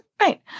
Right